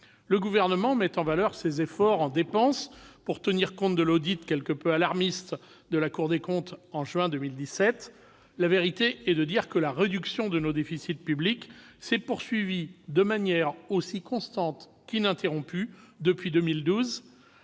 Le Gouvernement met en valeur ses efforts en matière de dépenses pour tenir compte de l'audit quelque peu alarmiste que la Cour des comptes a réalisé en juin 2017. La vérité est que la réduction de nos déficits publics s'est poursuivie de manière aussi constante qu'ininterrompue depuis 2012,